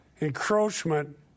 encroachment